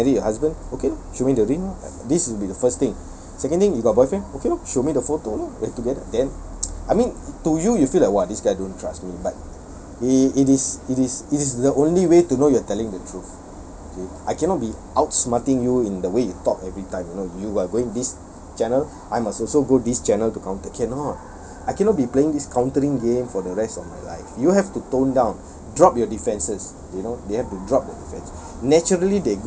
I say you said you marry your husband okay lor show me the ring lor this will be the first thing second thing you got boyfriend okay lor show me the photo lor you're together then I mean to you you feel like !wah! this guy don't trust me but it it is it is it is the only way to know you're telling the truth see I cannot be outsmarting you in the way you talk every time you know you are going this channel I must also go this channel to counter cannot I cannot be playing this countering game for the rest of my life you have to tone down drop your defenses you know they have to drop their defenses